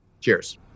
Cheers